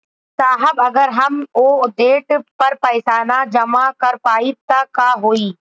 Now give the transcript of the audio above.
साहब अगर हम ओ देट पर पैसाना जमा कर पाइब त का होइ?